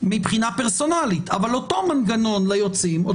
מבחינה פרסונלית, אבל אותו מנגנון ליוצאים.